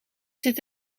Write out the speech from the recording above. zit